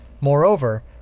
Moreover